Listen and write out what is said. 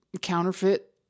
counterfeit